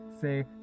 say